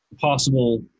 possible